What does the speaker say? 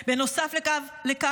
בנוסף לכך,